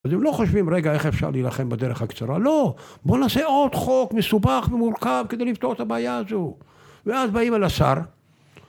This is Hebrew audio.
אז אם לא חושבים רגע איך אפשר להילחם בדרך הקצרה לא בוא נעשה עוד חוק מסובך ומורכב כדי לפתור את הבעיה הזו ואז באים על השר